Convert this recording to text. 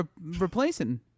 replacing